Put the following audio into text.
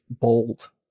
bold